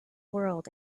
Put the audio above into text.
world